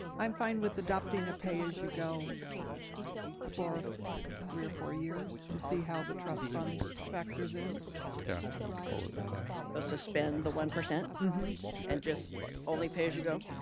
i'm fine with adopting a pay as you go for three or four years and see how the trust fund factors in. yeah, i'm comfortable with that also. so ah suspend the one percent and just only pay as you go?